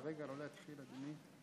רגע, רגע, לא להתחיל, אדוני.